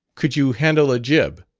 could you handle a jib?